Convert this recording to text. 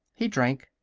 he drank.